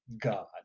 God